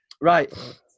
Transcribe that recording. Right